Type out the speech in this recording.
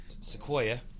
Sequoia